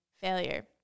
failure